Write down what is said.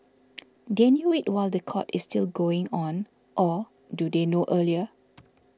they knew it while the court is still going on or do they know earlier